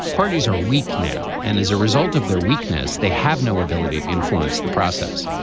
parties are weak now. and as a result of their weakness, they have no ability to influence the process.